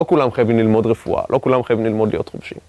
לא כולם חייבים ללמוד רפואה, לא כולם חייבים ללמוד להיות חופשים